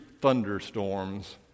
thunderstorms